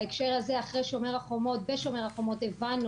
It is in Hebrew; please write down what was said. בהקשר הזה בשומר החומות הבנו,